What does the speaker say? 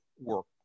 work